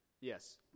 Yes